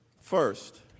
first